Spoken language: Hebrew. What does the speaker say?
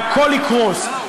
והכול יקרוס.